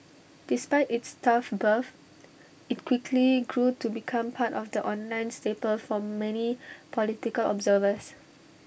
despite its tough birth IT quickly grew to become part of the online staple for many political observers